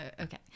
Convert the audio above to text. Okay